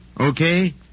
Okay